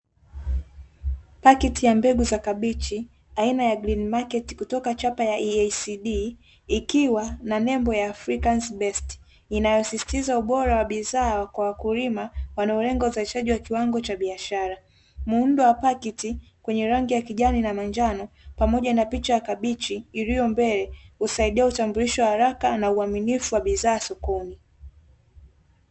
Paketi ya mbegu za kabichi aina ya green market kutoka chapa ya "EASEED" ikiwa na nembo ya africas best inayosisitiza ubora wa bidhaa kwa wakulima wanaolenga uzalishaji wa kiwango cha biashara muundo wa paketi wenye rangi ya kijani na manjano pamoja na picha ya kabichi iliyombele husaidia utambulisho wa haraka na uaminifu wa bidhaa sokoni.